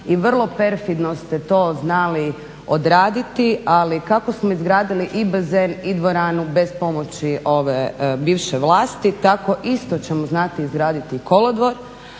i vrlo perfidno ste to znali odraditi ali kako smo izgradili i bazen i dvoranu bez pomoći ove bivše vlasti tako ćemo isto znati izgraditi kolodvor.